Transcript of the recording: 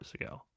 ago